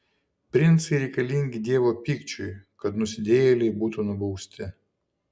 princai reikalingi dievo pykčiui kad nusidėjėliai būtų nubausti